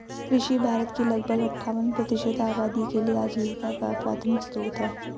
कृषि भारत की लगभग अट्ठावन प्रतिशत आबादी के लिए आजीविका का प्राथमिक स्रोत है